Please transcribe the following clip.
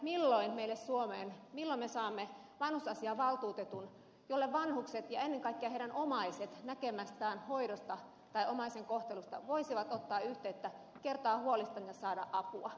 milloin me saamme meille suomeen vanhusasiavaltuutetun johon vanhukset ja ennen kaikkea heidän omaisensa voisivat näkemästään hoidosta tai omaisensa kohtelusta ottaa yhteyttä kertoa huolistaan ja saada apua